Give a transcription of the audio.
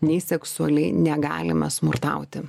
nei seksualiai negalima smurtauti